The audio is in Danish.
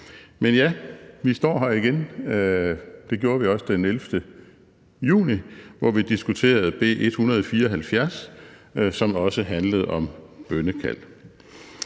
Men ja, vi står her igen. Det gjorde vi også den 11. juni, hvor vi diskuterede B 174, som også handlede om bønnekald.